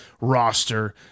roster